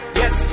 yes